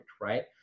right